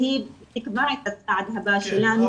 שהיא תקבע את הצעד הבא שלנו.